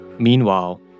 Meanwhile